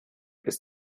ist